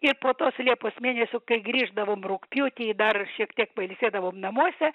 ir po tos liepos mėnesio kai grįždavome rugpjūtį dar šiek tiek pailsėdavom namuose